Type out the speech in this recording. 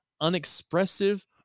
unexpressive